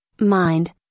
mind